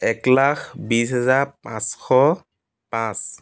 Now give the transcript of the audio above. এক লাখ বিশ হেজাৰ পাঁচশ পাঁচ